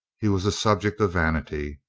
he was a subject of vanity.